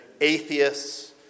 atheists